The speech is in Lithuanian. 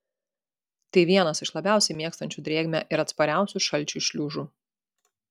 tai vienas iš labiausiai mėgstančių drėgmę ir atspariausių šalčiui šliužų